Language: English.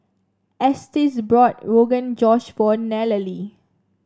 Estes brought Rogan Josh for Nallely